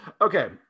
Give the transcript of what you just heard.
okay